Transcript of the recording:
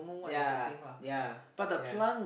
ya ya ya